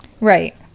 Right